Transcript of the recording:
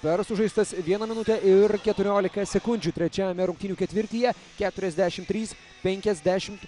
per sužaistas vieną minutę ir keturiolika sekundžių trečiajame rungtynių ketvirtyje keturiasdešim trys penkiasdešim